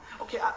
okay